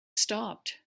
stopped